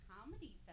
Comedy